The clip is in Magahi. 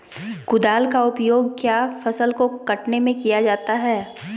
कुदाल का उपयोग किया फसल को कटने में किया जाता हैं?